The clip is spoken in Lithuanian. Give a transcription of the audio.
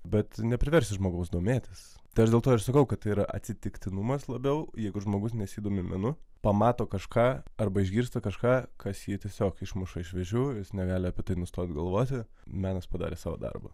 bet nepriversi žmogaus domėtis tai aš dėl to ir sakau kad yra atsitiktinumas labiau jeigu žmogus nesidomi menu pamato kažką arba išgirsta kažką kas jį tiesiog išmuša iš vėžių jis negali apie tai nustot galvoti menas padarė savo darbą